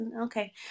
Okay